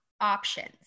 options